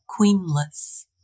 queenless